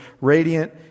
radiant